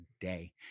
day